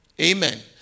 Amen